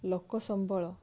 ଲୋକସମ୍ବଳ